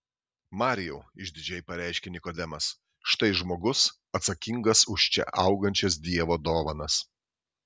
marijau išdidžiai pareiškė nikodemas štai žmogus atsakingas už čia augančias dievo dovanas